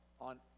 on